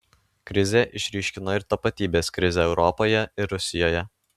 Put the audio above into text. krizė išryškino ir tapatybės krizę europoje ir rusijoje